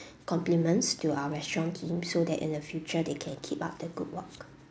compliments to our restaurant team so that in the future they can keep up the good work